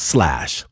Slash